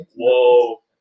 whoa